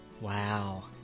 Wow